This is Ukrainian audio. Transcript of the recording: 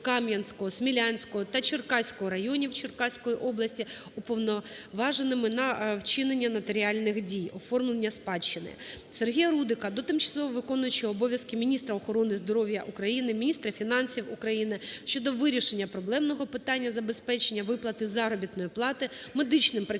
самоврядуванняКам'янського, Смілянського та Черкаського районів Черкаської області, уповноваженими на вчинення нотаріальних дій (оформлення спадщини). Сергія Рудика до тимчасово виконуючої обов'язки міністра охорони здоров'я України, міністра фінансів України щодо вирішення проблемного питання забезпечення виплати заробітної плати медичним працівникам